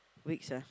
weeks ah